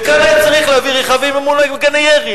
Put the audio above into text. וכאן אני צריך להביא רכבים ממוגני ירי,